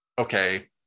okay